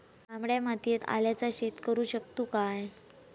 तामड्या मातयेत आल्याचा शेत करु शकतू काय?